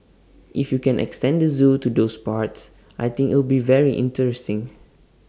if you can extend the Zoo to those parts I think it'll be very interesting